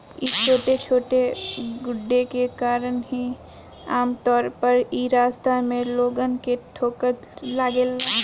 इ छोटे छोटे गड्ढे के कारण ही आमतौर पर इ रास्ता में लोगन के ठोकर लागेला